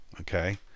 Okay